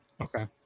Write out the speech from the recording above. Okay